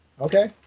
okay